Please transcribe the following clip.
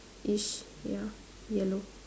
ish ya yellow